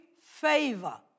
favor